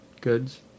goods